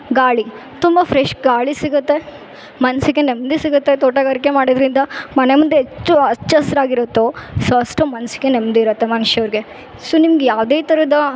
ಗಾಳಿ ತುಂಬ ಫ್ರೆಶ್ ಗಾಳಿ ಸಿಗುತ್ತೆ ಮನಸ್ಸಿಗೆ ನೆಮ್ಮದಿ ಸಿಗುತ್ತೆ ತೋಟಗಾರಿಕೆ ಮಾಡಿದರಿಂದ ಮನೆ ಮುಂದೆ ಹೆಚ್ಚು ಹಚ್ಚ ಹಸಿರಾಗಿರುತ್ತೊ ಸೊ ಅಷ್ಟು ಮನಸ್ಸಿಗೆ ನೆಮ್ಮದಿ ಇರುತ್ತೆ ಮನುಷ್ಯರ್ಗೆ ಸೊ ನಿಮ್ಗೆ ಯಾವುದೆ ಥರದ